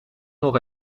nog